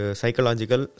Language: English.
psychological